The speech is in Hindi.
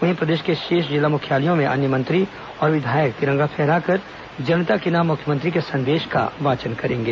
वहीं प्रदेश के शेष जिला मुख्यालयों में अन्य मंत्री और विधायक तिरंगा फहराकर जनता के नाम मुख्यमंत्री के संदेश का वाचन करेंगे